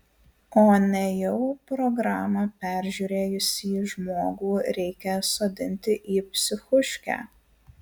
o nejau programą peržiūrėjusį žmogų reikia sodinti į psichuškę